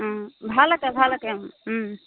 ভাল আঁকে ভাল আঁকে